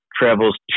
travels